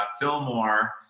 Fillmore